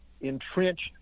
entrenched